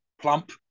plump